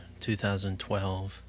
2012